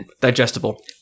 digestible